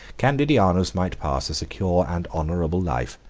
candidianus might pass a secure and honorable life.